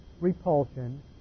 repulsion